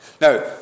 Now